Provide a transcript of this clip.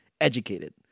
educated